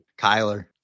Kyler